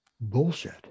Bullshit